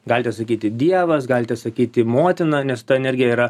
galite sakyti dievas galite sakyti motina nes ta energija yra